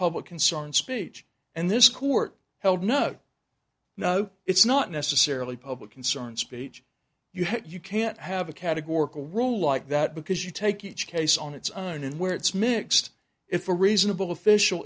public concern speech and this court held no no it's not necessarily public concern speech you have you can't have a categorical rule like that because you take each case on its own and where it's mixed if a reasonable official